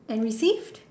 and received